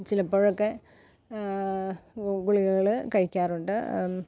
ചിലപ്പോഴക്കെ ഗുളികകള് കഴിക്കാറുണ്ട്